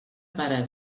pare